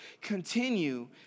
continue